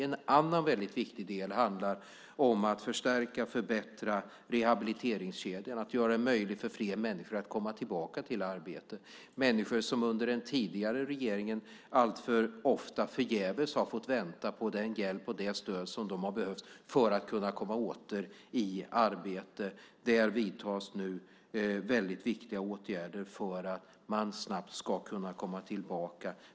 En annan viktig del är att förstärka och förbättra rehabiliteringskedjan och göra det möjligt för fler människor att komma tillbaka i arbete. För människor som under den tidigare regeringen alltför ofta förgäves har fått vänta på den hjälp och det stöd som de behövt för att komma åter i arbete vidtas nu väldigt viktiga åtgärder för att de snabbt ska komma tillbaka.